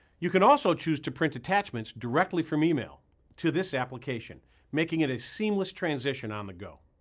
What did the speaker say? you can also choose to print attachments directly from email to this application making it a seamless transition on the go.